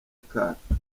akato